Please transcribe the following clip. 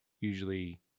usually